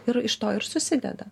ir iš to ir susideda